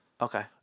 Okay